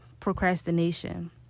procrastination